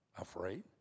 Afraid